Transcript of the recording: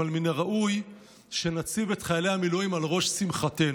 אבל מן הראוי שנציב את חיילי המילואים על ראש שמחתנו.